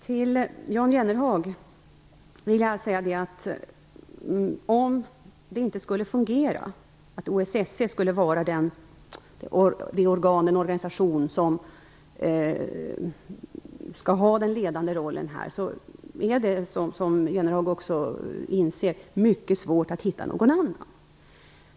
Till Jan Jennehag vill jag säga att om det inte skulle fungera att OSSE skulle vara den organisation som skall ha den ledande rollen här, är det, som Jan Jennehag också inser, mycket svårt att hitta någon annan.